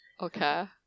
Okay